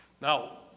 Now